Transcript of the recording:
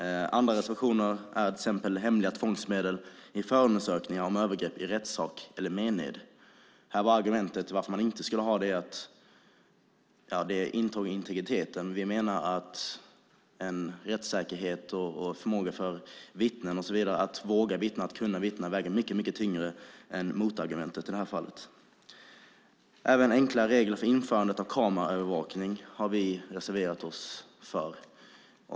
En annan reservation handlar om hemliga tvångsmedel vid förundersökningar om övergrepp i rättssak eller mened. Argumentet för varför man inte skulle ha det var att det var ett intrång i integriteten. Vi menar att rättssäkerheten och möjligheten för vittnen att våga vittna väger mycket tyngre än motargumentet i det här fallet. Vi har även reserverat oss för enklare regler för införande av kameraövervakning.